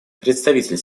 представитель